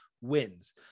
wins